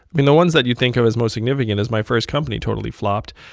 i mean, the ones that you think of as most significant is my first company totally flopped.